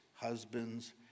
husbands